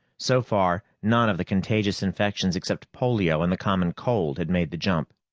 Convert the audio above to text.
so far, none of the contagious infections except polio and the common cold had made the jump.